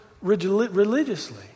religiously